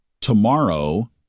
tomorrow